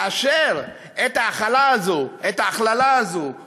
לאשר את ההכללה הזו בוועדה,